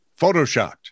photoshopped